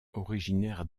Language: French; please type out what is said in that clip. originaire